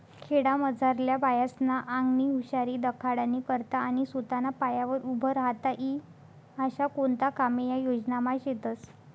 खेडामझारल्या बायास्ना आंगनी हुशारी दखाडानी करता आणि सोताना पायावर उभं राहता ई आशा कोणता कामे या योजनामा शेतस